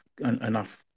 enough